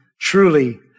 truly